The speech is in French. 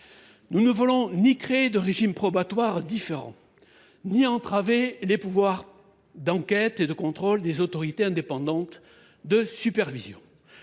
Nous ne voulons ni créer des régimes probatoires différents ni entraver les pouvoirs d’enquête et de contrôle des autorités indépendantes de supervision.